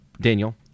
daniel